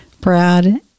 Brad